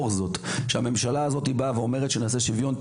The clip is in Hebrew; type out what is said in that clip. לאור זאת שהממשלה באה ומצהירה שהיא תעשה שוויון,